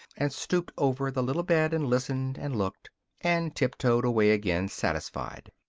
and stooped over the little bed and listened and looked and tiptoed away again, satisfied.